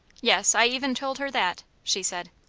yes, i even told her that, she said.